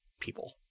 people